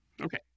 Okay